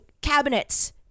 cabinets